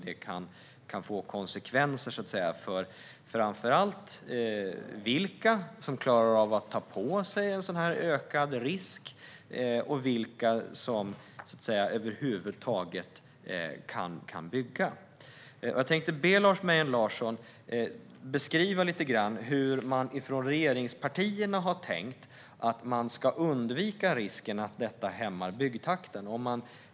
Det kan få konsekvenser framför allt när det gäller vilka som klarar av att ta på sig en sådan här ökad risk och vilka som över huvud taget kan bygga. Jag tänkte be Lars Mejern Larsson beskriva lite grann hur man från regeringspartierna har tänkt att man ska undvika risken att detta hämmar byggtakten.